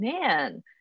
man